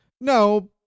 No